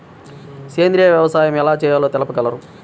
సేంద్రీయ వ్యవసాయం ఎలా చేయాలో తెలుపగలరు?